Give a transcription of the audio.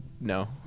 No